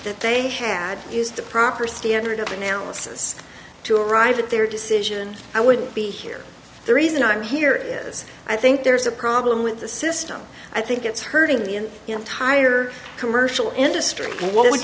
that they had used a proper standard of analysis to arrive at their decision i wouldn't be here the reason i'm here is i think there's a problem with the system i think it's hurting the entire commercial industry what would